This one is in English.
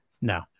No